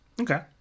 Okay